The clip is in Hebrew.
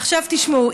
עכשיו תשמעו,